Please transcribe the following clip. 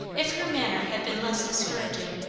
if her manner had been less discouraging,